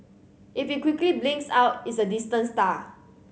if it quickly blinks out it's a distant star